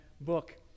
book